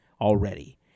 already